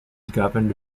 governed